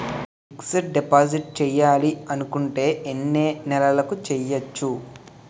Fixed deposit చేయాలి అనుకుంటే ఎన్నే నెలలకు చేయొచ్చు?